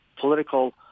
political